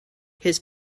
his